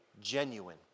genuine